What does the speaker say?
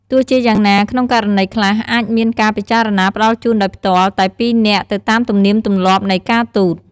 ទោះជាយ៉ាងណា ក្នុងករណីខ្លះ អាចមានការពិចារណាផ្តល់ជូនដោយផ្ទាល់តែពីរនាក់ទៅតាមទំនៀមទម្លាប់នៃការទូត។